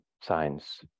science